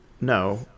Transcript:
No